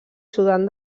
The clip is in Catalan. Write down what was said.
sudan